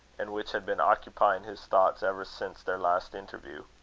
and which had been occupying his thoughts ever since their last interview.